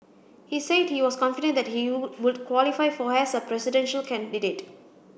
he said he was confident that he would qualify for as a presidential candidate